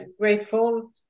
grateful